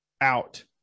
out